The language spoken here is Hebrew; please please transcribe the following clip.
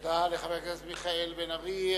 תודה לחבר הכנסת מיכאל בן-ארי.